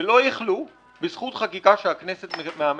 ולא יחלו בזכות חקיקה שהכנסת מאמצת,